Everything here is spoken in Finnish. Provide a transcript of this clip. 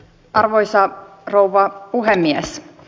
arvoisa rouva puhemies